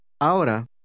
Ahora